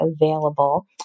available